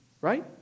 right